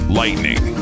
lightning